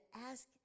ask